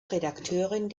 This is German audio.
redakteurin